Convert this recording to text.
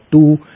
two